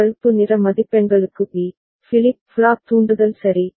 இந்த பழுப்பு நிற மதிப்பெண்களுக்கு பி ஃபிளிப் ஃப்ளாப் தூண்டுதல் சரி